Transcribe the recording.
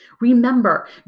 Remember